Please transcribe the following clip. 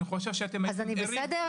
אז אני בסדר?